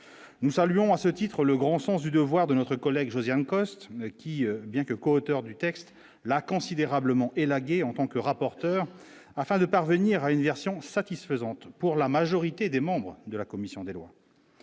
nous saluons à ce titre, le grand sens du devoir de notre collègue Josiane Costes qui bien que coauteur du texte la considérablement élagué en tant que rapporteur afin de parvenir à une version satisfaisante pour la majorité des membres de la commission des lois.